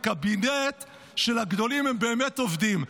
הקבינט של הגדולים, הם באמת עובדים.